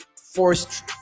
forced